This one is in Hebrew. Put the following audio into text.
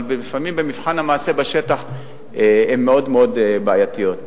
אבל לפעמים במבחן המעשה בשטח הן מאוד מאוד בעייתיות.